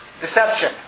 Deception